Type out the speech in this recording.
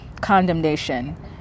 condemnation